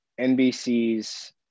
NBC's